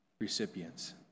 recipients